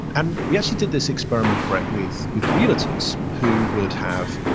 and we actually did this experiment, brett, with with realtors who would have